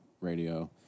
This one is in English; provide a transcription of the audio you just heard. radio